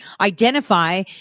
identify